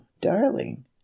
darling